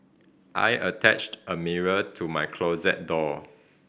I attached a mirror to my closet door